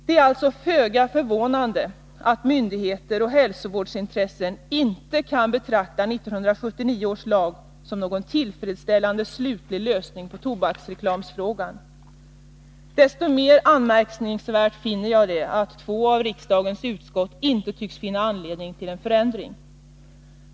Det är alltså föga förvånande att myndigheter och hälsovårdsintressen inte kan betrakta 1979 års lag som någon tillfredsställande slutlig lösning av tobaksreklamfrågan. Desto mer anmärkningsvärt finner jag det att två av riksdagens utskott inte tycks finna anledning till en förändring.